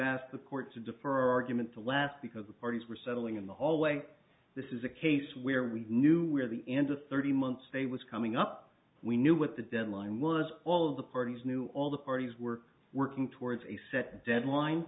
asked the court to defer argument to last because the parties were settling in the hallway this is a case where we knew where the end to thirty month stay was coming up we knew what the deadline was all of the parties knew all the parties were working towards a set deadline